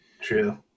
True